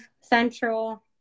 central